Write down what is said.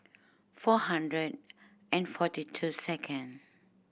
four hundred and forty two second